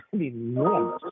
enormous